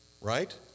Right